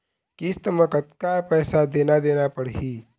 किस्त म कतका पैसा देना देना पड़ही?